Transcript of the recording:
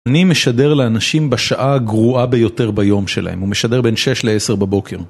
אני משדר לאנשים בשעה הגרועה ביותר ביום שלהם, הוא משדר בין 6 ל-10 בבוקר.